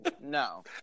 No